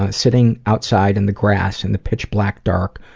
ah sitting outside in the grass, in the pitch black dark,